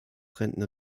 rentner